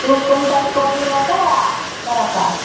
दू क्विंटल कोबी होतै तोरा पास